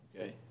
Okay